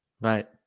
Right